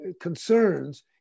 concerns